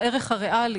על